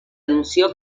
anunció